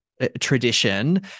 Tradition